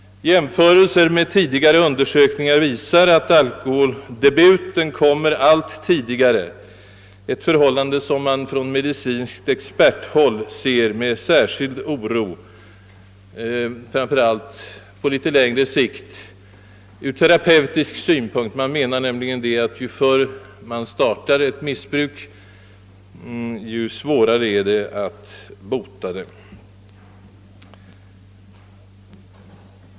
Jämförelser med tidigare undersökningar visar att alkoholdebuten kommer allt tidigare, ett förhållande som man från medicinskt experthåll ser med särskild oro, framför allt på något längre sikt ur terepeutisk synpunkt. Man vet nämligen att ju förr ett missbruk startar desto svårare är det att bota det.